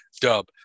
Dub